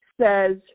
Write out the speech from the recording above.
says